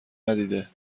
ندیده